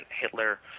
Hitler –